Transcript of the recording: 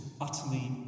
utterly